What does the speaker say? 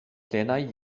plenaj